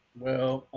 well,